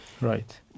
right